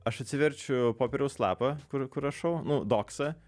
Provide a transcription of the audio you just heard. aš atsiverčiu popieriaus lapą kur kur rašau nu doksą